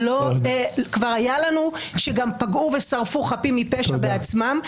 כבר היה שגם פגעו ושרפו חפים מפשע בעצמם.